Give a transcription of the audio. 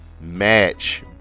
match